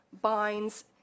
binds